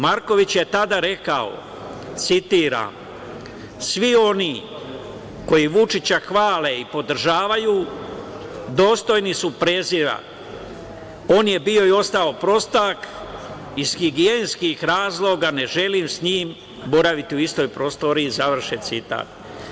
Marković je tada rekao, citiram – svi oni koji Vučića hvale i podržavaju dostojni su prezira, on je bio i ostao prostak, iz higijenskih razloga ne želim sa njim boraviti u istoj prostoriji, završen citat.